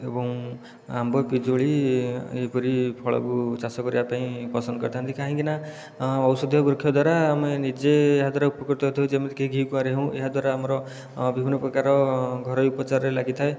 ଏବଂ ଆମ୍ବ ପିଜୁଳି ଏହିପରି ଫଳକୁ ଚାଷ କରିବା ପାଇଁ ପସନ୍ଦ କରିଥାନ୍ତି କାହିଁକିନା ଔଷଧୀୟ ବୃକ୍ଷ ଦ୍ୱାରା ଆମେ ନିଜେ ଏହାଦ୍ୱାରା ଉପକୃତ ତ ହେଉଛେ ଯେମିତି କି ଘିକୁଆଁରୀ ହେଉ ଏହାଦ୍ୱାରା ଆମର ବିଭିନ୍ନ ପ୍ରକାରର ଘରୋଇ ଉପଚାରରେ ଲାଗିଥାଏ